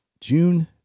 June